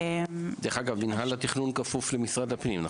דרך אגב, מינהל התכנון כפוף למשרד הפנים?